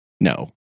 no